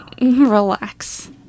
relax